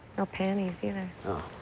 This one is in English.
no panties, either. oh.